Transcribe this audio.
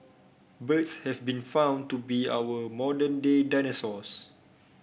birds have been found to be our modern day dinosaurs